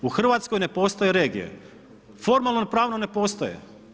U Hrvatskoj ne postoje regije, formalno pravno ne postoje.